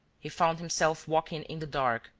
he found himself walking in the dark,